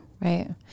Right